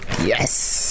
Yes